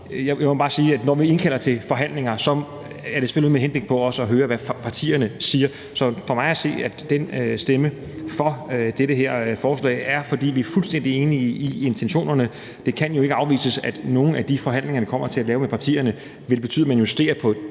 jeg må bare sige, at når vi indkalder til forhandlinger, er det selvfølgelig med henblik på også at høre, hvad partierne siger. Så for mig at se stemmer vi for det her forslag, fordi vi er fuldstændig enige i intentionerne. Det kan jo ikke afvises, at nogle af de forhandlinger, vi kommer til at have med partierne, vil betyde, at man justerer på